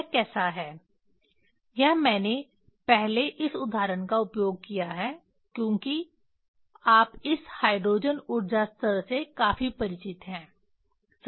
यह कैसा है यह मैंने पहले इस उदाहरण का उपयोग किया है क्योंकि आप इस हाइड्रोजन ऊर्जा स्तर से काफी परिचित हैं सही